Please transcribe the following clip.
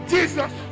Jesus